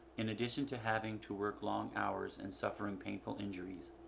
in addition to having to work long hours and suffering people injuries,